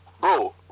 Bro